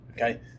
Okay